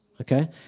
Okay